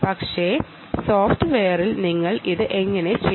പക്ഷേ സോഫ്റ്റ്വെയറിൽ നിങ്ങൾ ഇത് എങ്ങനെ ചെയ്യും